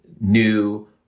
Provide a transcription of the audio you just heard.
new